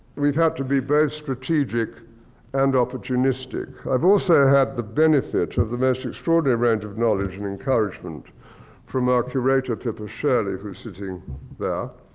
we've had to be both strategic and opportunistic. i've also had the benefit of the most extraordinary range of knowledge and encouragement from our curator, pippa shirley. who's sitting right